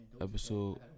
Episode